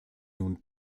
nun